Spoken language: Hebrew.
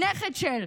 נכד-של,